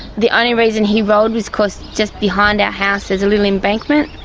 the only reason he rolled was because just behind our house there's a little embankment,